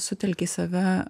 sutelkia į save